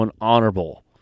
honorable